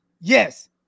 Yes